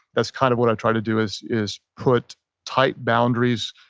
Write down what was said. that's kind of what i try to do is is put tight boundaries,